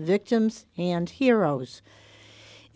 victims and heroes